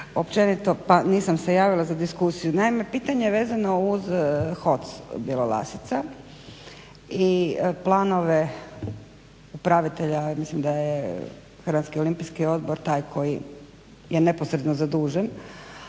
općenito pa se nisam javila za diskusiju. Naime, pitanje vezano uz HOC Bjelolasica i planove upravitelja mislim da je Hrvatski olimpijski odbor taj koji je neposredno zadužen.